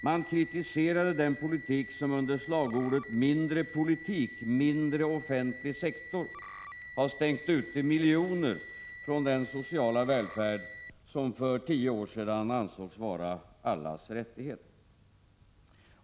Man kritiserade den politik som under slagordet Mindre politik, mindre offentlig sektor har stängt ute miljoner från den sociala välfärd som för tio år sedan ansågs vara allas rättighet.